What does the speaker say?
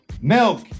milk